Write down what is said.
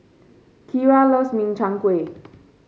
Kyra loves Min Chiang Kueh